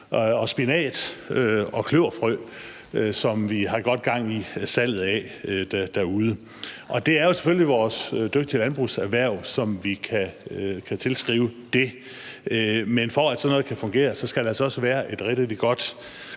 spinat- og kløverfrø, vi har godt gang i salget af. Det er selvfølgelig vores dygtige landbrugserhverv, vi kan tilskrive det, men for at sådan noget kan fungere, skal der altså også være et godt